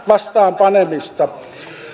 vastaan panemista